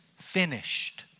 finished